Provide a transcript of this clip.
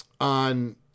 on